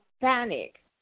panic